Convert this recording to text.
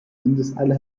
windeseile